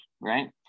right